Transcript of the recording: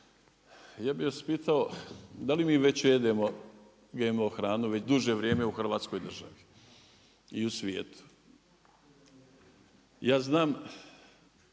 ja bih vas pitao da li mi već jedemo GMO hranu već duže vrijeme u Hrvatskoj državi i u svijetu? Ja znam